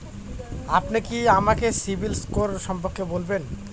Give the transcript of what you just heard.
আপনি কি আমাকে সিবিল স্কোর সম্পর্কে বলবেন?